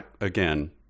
again